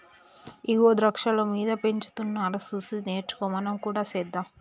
ఇగో ద్రాక్షాలు మీద పెంచుతున్నారు సూసి నేర్చుకో మనం కూడా సెద్దాం